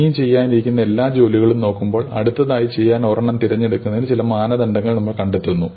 ഇനിയും ചെയ്യാനിരിക്കുന്ന എല്ലാ ജോലികളും നോക്കുമ്പോൾ അടുത്തതായി ചെയ്യാൻ ഒരെണ്ണം തിരഞ്ഞെടുക്കുന്നതിന് ചില മാനദണ്ഡങ്ങൾ നമ്മൾ കണ്ടെത്തുന്നു